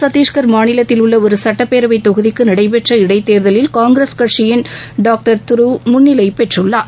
சத்தீஷ்கர் மாநிலத்தில் உள்ள ஒரு சுட்டப் பேரவைத் தொகுதிக்கு நடைபெற்ற இடைத் தேர்தலில் காங்கிரஸ் கட்சியின் டாக்டர் துருவ் முன்னிலை பெற்றுள்ளார்